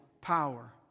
power